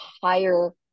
higher